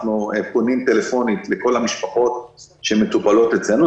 אנחנו פונים בטלפון לכל המשפחות שמטופלות אצלנו,